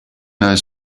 knows